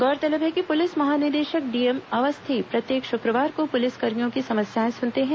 गौरतलब है कि पुलिस महानिदेशक डीएम अवस्थी प्रत्येक शु क्र वार को पुलिसकर्मियों की समस्याएं सुनते हैं